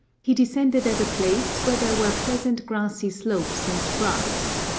he descended at a place where there were pleasant grassy slopes and shrubs.